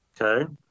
Okay